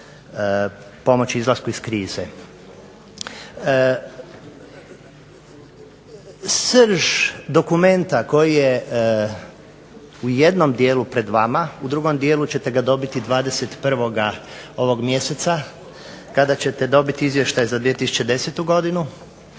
pomoći izlasku iz krize. Srž dokumenta koji je u jednom dijelu pred vama, u drugom dijelu ćete ga dobiti 21. ovog mjeseca kada ćete dobiti Izvještaj za 2010. godinu